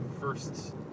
first